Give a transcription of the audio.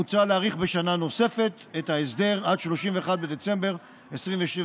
מוצע להאריך בשנה נוספת את ההסדר עד 31 בדצמבר 2022,